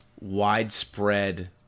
widespread